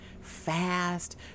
fast